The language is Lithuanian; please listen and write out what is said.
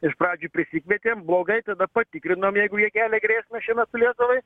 iš pradžių prisikvietėm blogai tada patikrinom jeigu jie kelia grėsmę šiuo metu lietuvai